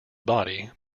body